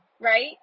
right